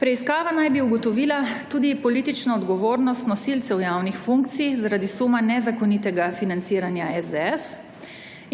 Preiskava naj bi ugotovila tudi politično odgovornost nosilcev javnih funkcij zaradi suma nezakonitega financiranja SDS